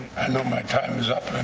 know my time is up.